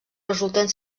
resulten